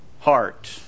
heart